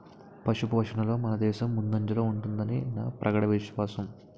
పశుపోషణలో మనదేశం ముందంజలో ఉంటుదని నా ప్రగాఢ విశ్వాసం